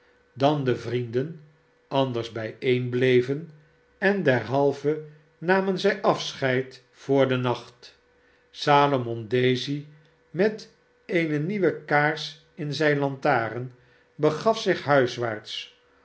dan de vrienden anders bijeenbleyen en derhalve namen zij afscheid voor den nacht salomon daisy met eene nieuwe kaars in zijne lantaren begaf zich huiswaarts